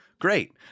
Great